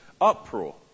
uproar